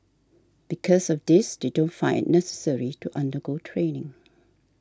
because of this they don't find it necessary to undergo training